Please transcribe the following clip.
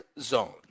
zone